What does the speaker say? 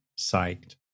psyched